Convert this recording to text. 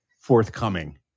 forthcoming